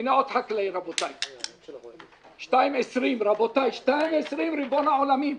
הנה עוד חקלאי, רבותיי, 2.2, ריבון העולמים.